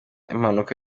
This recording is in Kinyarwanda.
impanuka